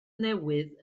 newydd